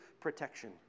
protection